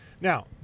now